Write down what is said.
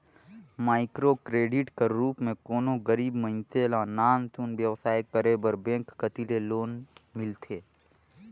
micro credit कर रूप में कोनो गरीब मइनसे ल नान सुन बेवसाय करे बर बेंक कती ले लोन मिलथे